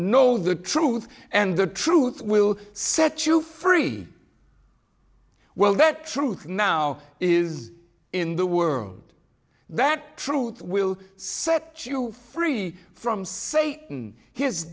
know the truth and the truth will set you free will that truth now is in the world that truth will set you free from satan his